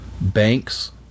Banks